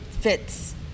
fits